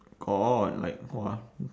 got like !wah!